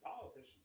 politicians